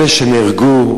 אלה שנהרגו,